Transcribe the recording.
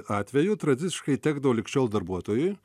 atveju tradiciškai tekdavo lig šiol darbuotojui